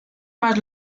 más